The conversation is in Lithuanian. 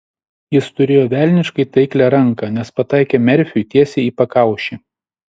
jis turėjo velniškai taiklią ranką nes pataikė merfiui tiesiai į pakaušį